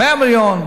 100 מיליון?